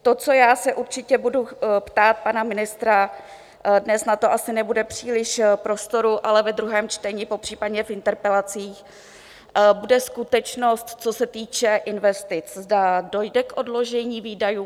To, co já se určitě budu ptát pana ministra, dnes na to asi nebude příliš prostoru, ale ve druhém čtení, popřípadě v interpelacích, bude skutečnost, co se týče investic, zda dojde k odložení výdajů.